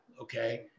Okay